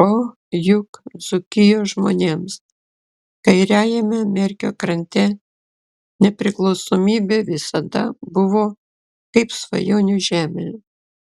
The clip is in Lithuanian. o juk dzūkijos žmonėms kairiajame merkio krante nepriklausomybė visada buvo kaip svajonių žemė